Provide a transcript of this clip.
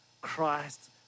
Christ